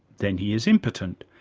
then he is impotent.